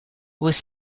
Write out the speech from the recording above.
was